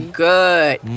good